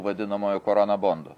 vadinamojo korona bondo